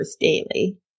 daily